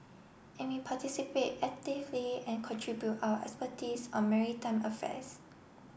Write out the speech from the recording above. and we participate actively and contribute our expertise on maritime affairs